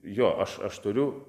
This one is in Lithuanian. jo aš aš turiu